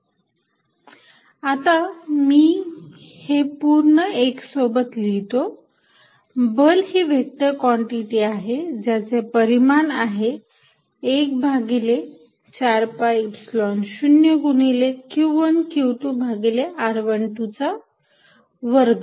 F1140q1q2r122r12 आता मी ही पूर्ण एक सोबत लिहितो बल ही व्हेक्टर कॉन्टिटी आहे ज्याचे परिमान आहे एक भागिले ४ पाय एपसिलोन ० गुणिले q१ q२ भागिले r१२ चा वर्ग